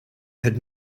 had